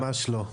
ממש לא.